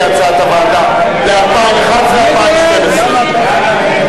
כהצעת הוועדה ל-2011 ו-2012.